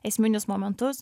esminius momentus